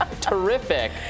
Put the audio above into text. terrific